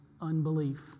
unbelief